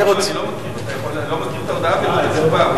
אני לא מכיר את ההודעה ולא את התשובה,